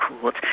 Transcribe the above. court